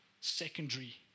Secondary